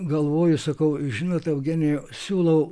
galvoju sakau žinot eugenijau siūlau